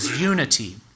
unity